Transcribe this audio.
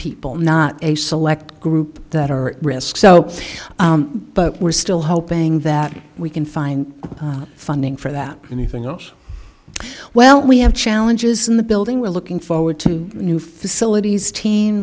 people not a select group that are at risk so but we're still hoping that we can find funding for that anything else well we have challenges in the building we're looking forward to new facilities team